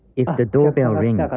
if the doorbell rings,